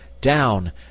down